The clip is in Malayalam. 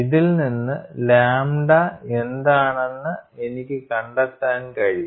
ഇതിൽ നിന്ന് ലാംഡ എന്താണെന്ന് എനിക്ക് കണ്ടെത്താൻ കഴിയും